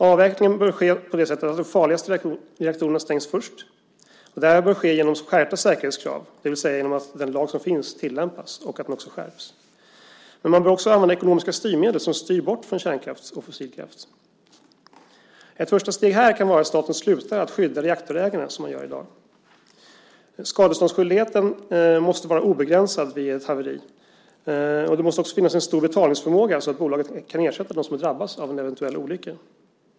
Avveckling bör ske på det sättet att de farligaste reaktorerna stängs först, och det bör ske genom skärpta säkerhetskrav, det vill säga genom att den lag som finns tillämpas och att den också skärps. Men man bör också använda ekonomiska styrmedel som styr bort från kärnkraft och fossilkraft. Ett första steg här kan vara att staten slutar att skydda reaktorägarna, som man gör i dag. Skadeståndsskyldigheten måste vara obegränsad vid ett haveri. Det måste också finnas en stor betalningsförmåga, så att bolaget kan ersätta dem som har drabbats av en eventuell olycka.